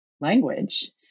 language